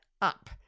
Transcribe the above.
up